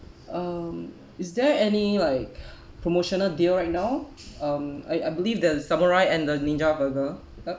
um is there any like promotional deal right now um I I believe the samurai and the ninja burger yup